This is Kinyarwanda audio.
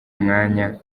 mwanya